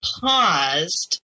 paused